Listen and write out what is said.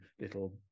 little